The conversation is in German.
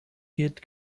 geht